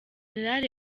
gen